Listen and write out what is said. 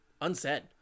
unsaid